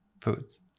foods